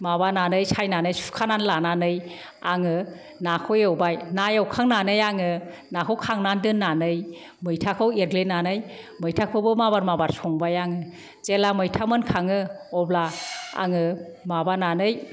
माबानानै सायनानै सुखानानै लानानै आङो नाखौ एवबाय ना एवखांनानै आङो नाखौ खांनानै दोननानै मैथाखौ एरग्लिनानै मैथाखौबो माबार माबार संबाय आं जेब्ला मैथा मोनखाङो अब्ला आङो माबानानै